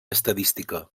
estadística